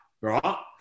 right